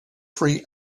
free